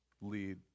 lead